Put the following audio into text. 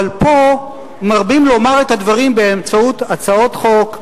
אבל פה מרבים לומר את הדברים באמצעות הצעות חוק,